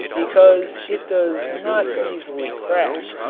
because it does not easily crack,